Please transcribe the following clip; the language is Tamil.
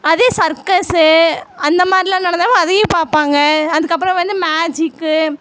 அதே சர்க்கஸு அந்த மாதிரிலாம் நடந்தாலும் அதையும் பார்ப்பாங்க அதுக்கப்புறம் வந்து மேஜிக்கு